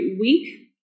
week